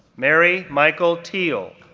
mary michael teel,